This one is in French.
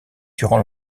durant